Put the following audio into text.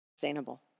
Sustainable